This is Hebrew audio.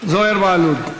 זוהיר בהלול,